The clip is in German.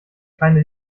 keine